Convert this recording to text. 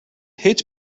hitch